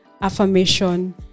affirmation